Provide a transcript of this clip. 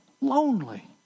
Lonely